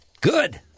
Good